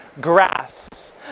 grass